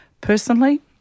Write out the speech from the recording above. Personally